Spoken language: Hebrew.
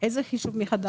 איזה חישוב מחדש?